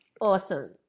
Awesome